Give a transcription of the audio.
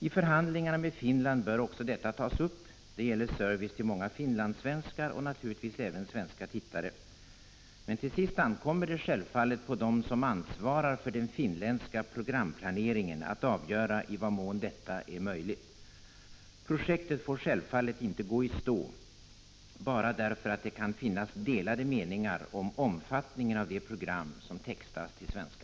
I förhandlingarna med Finland bör också detta tas upp — det gäller servicen till många finlandssvenskar, och naturligtvis även till svenska tittare. Men till sist ankommer det självfallet på dem som ansvarar för den finländska programplaneringen att avgöra i vad mån detta är möjligt. Projektet får självfallet inte gå i stå bara därför att det kan finnas delade meningar om omfattningen av de program som textas till svenska.